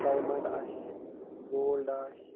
diamond آسہِ gold آسہِ